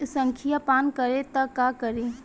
संखिया पान करी त का करी?